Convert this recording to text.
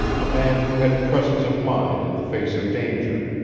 a man who had presence of mind in the face of danger,